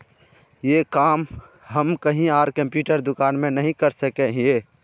ये काम हम कहीं आर कंप्यूटर दुकान में नहीं कर सके हीये?